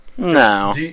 No